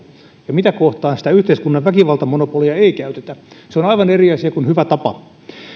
mitä kohtaan sitä yhteiskunnan väkivaltamonopolia ei käytetä se on aivan eri asia kuin hyvä tapa